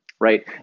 Right